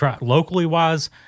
Locally-wise